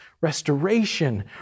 restoration